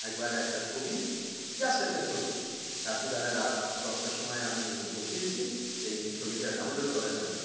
একবার একটা ছবি জাস্ট একটা ছবি রাত্রিবেলায় রাত দশটার সময় আমি বসিয়েছি সেই ছবিটা ডাউনলোড করার জন্যে